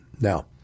Now